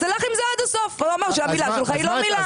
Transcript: לך עם זה עד הסוף כי אחרת המילה שלך היא לא מילה.